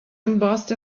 embossed